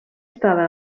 estada